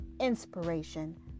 inspiration